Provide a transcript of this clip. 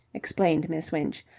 explained miss winch.